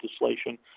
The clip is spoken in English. legislation